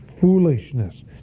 foolishness